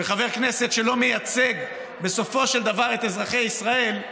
חבר כנסת שלא מייצג בסופו של דבר את אזרחי ישראל,